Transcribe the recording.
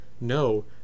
no